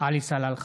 עלי סלאלחה,